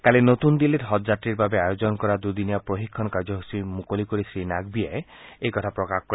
কালি নতুন দিল্লীত হজ যাত্ৰীৰ বাবে আয়োজন কৰা দুদিনীয়া প্ৰশিক্ষণ কাৰ্যসুচী মুকলি কৰি শ্ৰীনাকভিয়ে এই কথা প্ৰকাশ কৰে